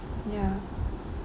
ya